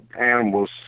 animals